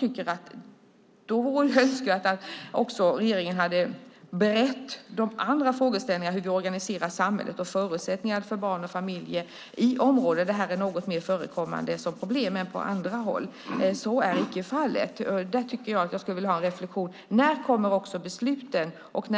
Det vore önskvärt att regeringen hade berett de andra frågeställningarna, hur vi organiserar samhället och förutsättningar för barn och familjer i områden där det här är något mer förekommande som problem än på andra håll. Så är icke fallet. Där skulle jag vilja ha en reflexion. När kommer besluten? Den